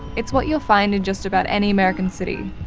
it's what you'll find in just about any american city,